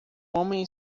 homem